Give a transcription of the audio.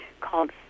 called